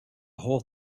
whole